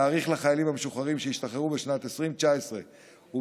להאריך לחיילים המשוחררים שהשתחררו בשנת 2019 ובשנת